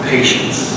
Patience